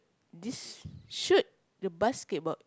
this shoot the basketball